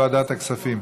לוועדת כספים.